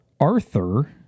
Arthur